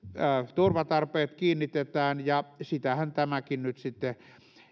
turvatarpeet kiinnitetään ja sitähän tämäkin nyt sitten